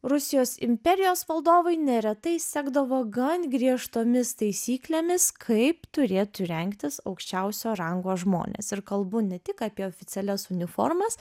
rusijos imperijos valdovai neretai sekdavo gan griežtomis taisyklėmis kaip turėtų rengtis aukščiausio rango žmonės ir kalbu ne tik apie oficialias uniformas